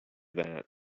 that